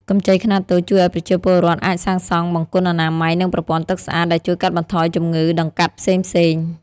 កម្ចីខ្នាតតូចជួយឱ្យប្រជាពលរដ្ឋអាចសាងសង់បង្គន់អនាម័យ និងប្រព័ន្ធទឹកស្អាត ដែលជួយកាត់បន្ថយជំងឺដង្កាត់ផ្សេងៗ។